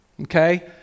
okay